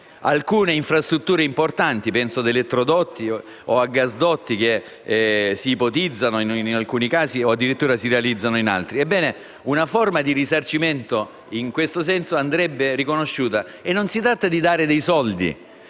infrastrutture importanti; penso a elettrodotti o a gasdotti che si ipotizzano, in alcuni casi, o addirittura si realizzano, in altri. Ebbene, una forma di risarcimento in questo senso dovrebbe essere riconosciuta; non si tratta di dare soldi,